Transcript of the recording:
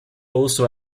also